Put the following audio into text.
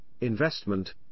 investment